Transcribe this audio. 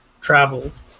traveled